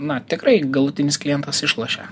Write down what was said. na tikrai galutinis klientas išlošia